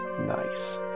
Nice